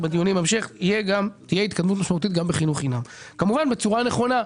אבל תהיה התקדמות משמעותית גם בחינוך חינם בצורה נכונה,